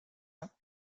ans